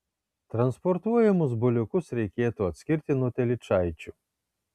transportuojamus buliukus reikėtų atskirti nuo telyčaičių